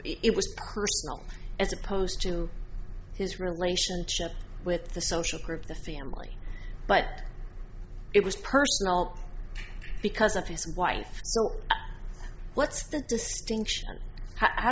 personal as opposed to his relationship with the social group the family but it was personal because of his wife what's the distinction how